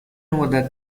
مدت